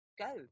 go